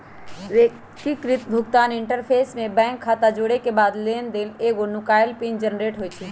एकीकृत भुगतान इंटरफ़ेस में बैंक खता जोरेके बाद लेनदेन लेल एगो नुकाएल पिन जनरेट होइ छइ